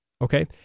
okay